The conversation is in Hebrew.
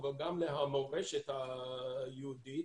אבל גם למורשת היהודית,